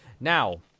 Now